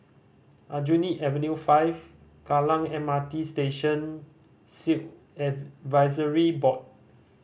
Aljunied Avenue Five Kallang M R T Station Sikh Advisory Board